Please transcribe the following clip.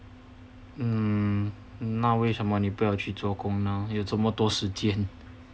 mm 那为什么你不要去做工呢有这么多时间